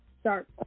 Start